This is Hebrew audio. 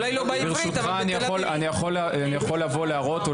אני יכול לבוא להראות,